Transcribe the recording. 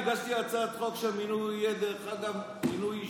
אני הגשתי הצעת חוק שהמינוי יהיה מינוי אישי,